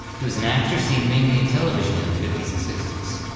he was an actor seen mainly in television in the fifty s and sixty s.